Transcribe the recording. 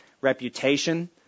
reputation